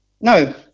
No